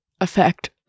affect